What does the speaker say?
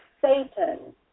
Satan